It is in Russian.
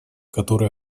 который